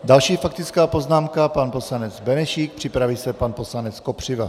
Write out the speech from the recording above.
Další faktická poznámka, pan poslanec Benešík, připraví se pan poslanec Kopřiva.